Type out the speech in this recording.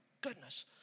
goodness